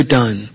done